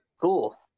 Cool